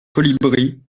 colibris